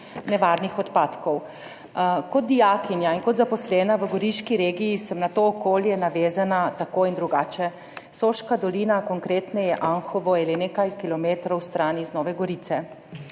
nevarnih odpadkov. Kot dijakinja in kot zaposlena v goriški regiji sem na to okolje navezana tako in drugače. Soška dolina, konkretneje Anhovo, je le nekaj kilometrov stran od Nove Gorice.